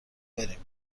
بریم